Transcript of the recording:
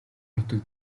нутаг